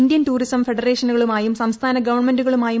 Indian tourism ഫെഡറേഷനുകളുമായും സംസ്ഥാന ഗവൺമെന്റുകളുമായും